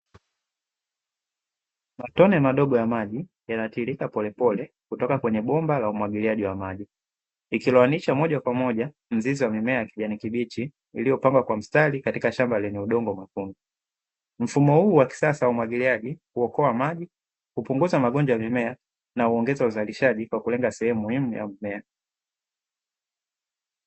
Matone madogo ya maji yanatiririka polepole kutoka kwenye bomba la umwagiliaji wa maji. Ikiloanisha moja kwa moja mzizi wa mimea ya kijani kibichi iliyopangwa kwa mstari katika shamba lenye udongo mwekundu. Mfumo huu wa kisasa wa umwagiliaji huokoa maji, hupunguza magonjwa ya mimea na huongeza uzalishaji kwa kulenga sehemu muhimu ya mmea.